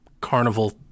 carnival